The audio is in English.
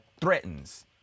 threatens